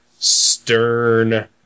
Stern